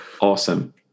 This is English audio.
Awesome